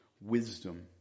wisdom